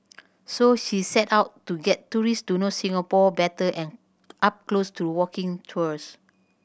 so she set out to get tourists to know Singapore better and up close to walking tours